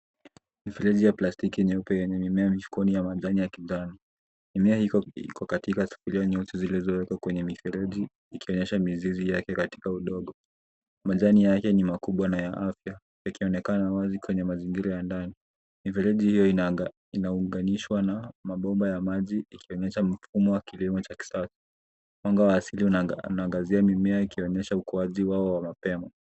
Mifereji ya plastiki nyeupe yenye mimea mifukoni ya majani ya kijani. Mimea iko katika sufuria nyeusi zilizowekwa kwenye mifereji, ikonyesha mizizi yake katika udogo. Majani yake ni makubwa na ya afya, yakionekana wazi kwenye mazingira ya ndani. Mifereji hiyo inaunganishwa na mabomba ya maji ikionyesha mfumo wa kilimo cha kisasa. Mwanga wa asili unaangazia mimea ikionyesha ukuaji wao wa mapema.